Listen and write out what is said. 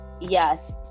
Yes